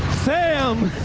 sam